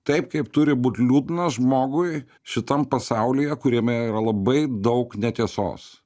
taip kaip turi būt liūdną žmogui šitam pasaulyje kuriame yra labai daug netiesos